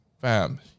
Fam